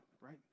right